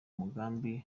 mugambi